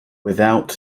without